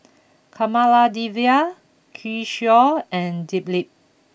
Kamaladevi Kishore and Dilip